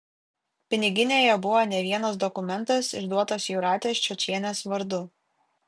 piniginėje buvo ne vienas dokumentas išduotas jūratės čiočienės vardu